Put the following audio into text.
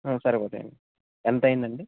సరే ఓకే అండి ఎంత అయ్యింది అండి